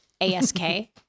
A-S-K